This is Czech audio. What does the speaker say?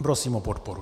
Prosím o podporu.